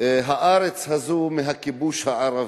הארץ הזאת מהכיבוש הערבי.